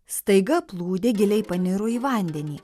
staiga plūdė giliai paniro į vandenį